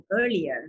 earlier